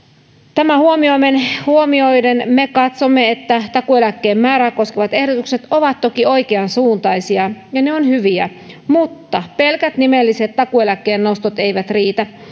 tämä huomioiden me katsomme että takuueläkkeen määrää koskevat ehdotukset ovat toki oikeansuuntaisia ja hyviä mutta pelkät nimelliset takuueläkkeen nostot eivät riitä